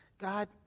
God